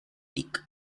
lic